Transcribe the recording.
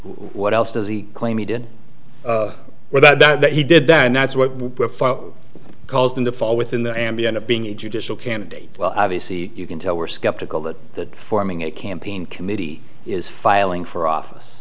what else does he claim he did were that he did that and that's what caused him to fall within the ambient of being a judicial candidate well obviously you can tell we're skeptical that the forming a campaign committee is filing for office